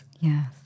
yes